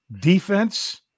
defense